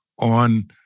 on